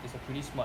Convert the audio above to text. it's a pretty smart